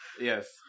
Yes